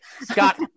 Scott